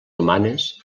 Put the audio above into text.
humanes